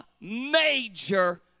major